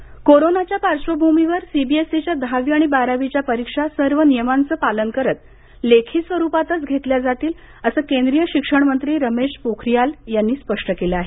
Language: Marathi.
सीबीएसई कोरोनाच्या पार्श्वभूमीवर सीबीएसईच्या दहावी आणि बारावीच्या परीक्षा सर्व नियमांचं पालन करत लेखी स्वरुपातच घेतल्या जातील असं केंद्रीय शिक्षण मंत्री रमेश पोखरियाल यांनी स्पष्ट केलं आहे